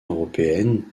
européenne